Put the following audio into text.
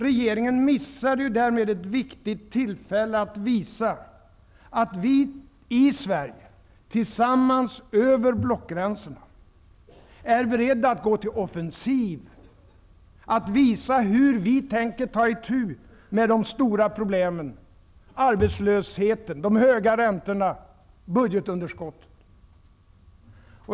Regeringen missar ju därmed ett viktigt tillfälle att visa att vi i Sverige — tillsammans över blockgränserna — är beredda att gå till offensiv, att visa hur vi tänker ta itu med de stora problemen som arbetslösheten, de höga räntorna och budgetunderskottet.